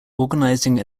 organizing